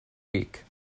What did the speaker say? week